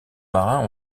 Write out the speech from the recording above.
marins